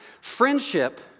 Friendship